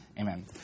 Amen